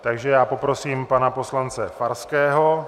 Takže já poprosím pana poslance Farského.